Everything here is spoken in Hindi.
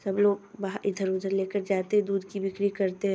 सब लोग बाग इधर उधर ले कर जाते दूध की बिक्री करते हैं